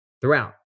throughout